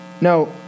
No